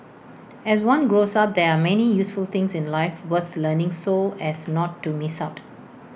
as one grows up there are many useful things in life worth learning so as not to miss out